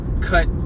cut